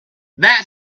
that